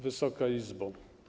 Wysoka Izbo!